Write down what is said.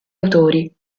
autori